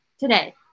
Today